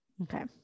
Okay